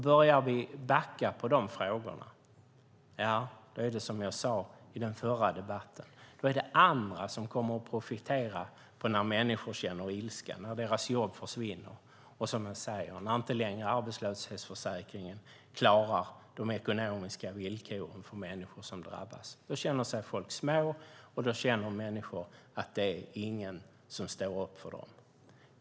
Börjar vi backa i de frågorna är det, som jag sade i den förra debatten, andra som kommer att profitera på människors ilska när deras jobb försvinner. När arbetslöshetsförsäkringen inte längre klarar att ge bra ekonomiska villkor till människor som drabbas känner de sig små och att ingen står upp för dem.